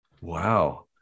Wow